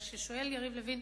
אז כששואל יריב לוין